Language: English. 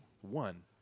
One